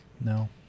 No